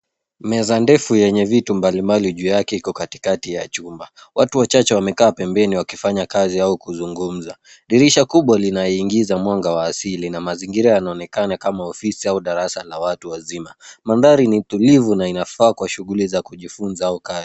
Meza ndefu yenye vitu mbalimbali juu yake iko Katikati ya chumba. Watu wachache wamekaa pembeni wakifanya kazi au kuzugumza. Dirisha kubwa inayoingiza mwanga wa asili na mazingira yanaonekana kama ofisi au darasa la watu wazima. Mandhari ni tulivu na inafaa kwa shughuli za kujifunza au kazi.